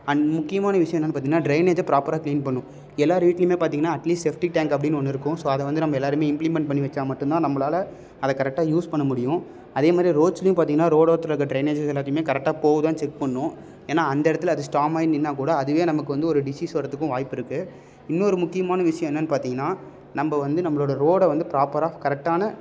and முக்கியமான விஷயம் என்னன்னு பார்த்திங்கனா ட்ரெயினேஜை ப்ராப்பராக க்ளீன் பண்ணணும் எல்லார் வீட்டுலையுமே பார்த்திங்கனா அட்லீஸ்ட் செஃப்டிக்ட் டேங் அப்படினு ஒன்று இருக்கும் ஸோ அதை வந்து நம்ம எல்லோருமே இம்பிளிமெண்ட் பண்ணி வைச்சா மட்டும் தான் நம்மளால அதை கரெக்டாக யூஸ் பண்ண முடியும் அதே மாதிரி ரோட்லியும் பாத்திங்கனா ரோட்டோரத்துல இருக்க ட்ரெயினேஜஸ் எல்லாத்தையும் கரெக்டாக போகுதான்னு செக் பண்ணணும் ஏன்னா அந்த இடத்துல அது ஸ்டாம் ஆகி நின்னால் கூட அதுவே நமக்கு வந்து ஒரு டிஸீஸ் வர்றத்துக்கும் வாய்ப்பு இருக்கு இன்னொரு முக்கியமான விஷயம் என்னன்னு பார்த்திங்கனா நம்ம வந்து நம்மளோட ரோடை வந்து ப்ராப்பராக கரெக்டான